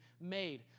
made